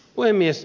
puhemies